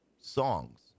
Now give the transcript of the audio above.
songs